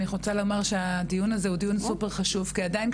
אני רוצה לומר שהדיון הזה הוא דיון סופר חשוב כי עדיין,